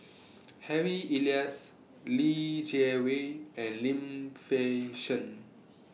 Harry Elias Li Jiawei and Lim Fei Shen